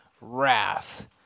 wrath